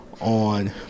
on